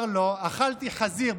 אמר לו: אכלתי חזיר.